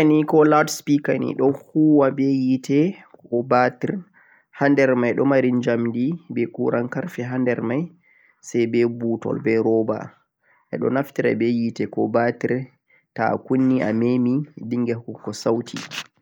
speaker nei ko loud speaker don huuwa be yite ko batir hander mei don mari jamdi be kuran karfe hander mei sai be buutel be roba e'don naftire be hite ko batir taa akunni ameemi dinghan ko ko sauti